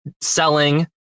selling